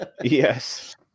Yes